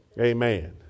Amen